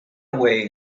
way